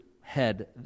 head